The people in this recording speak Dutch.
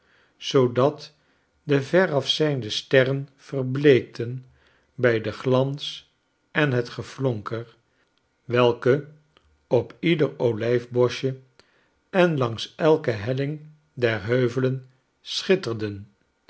zoodat de verafzijnde sterren verbleekten bij den glans en het geflonker welke op ieder olijfboschje en langs elke helling der heuvelen schitterden